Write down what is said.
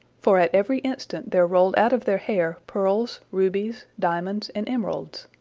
for at every instant there rolled out of their hair pearls, rubies, diamonds, and emeralds.